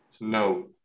No